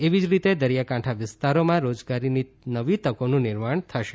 એવી જ રીતે દરીયાકાંઠા વિસ્તારોમાં રોજગારીની નવી તકોનું નિર્માણ થશે